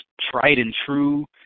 tried-and-true